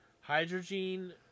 Hydrogen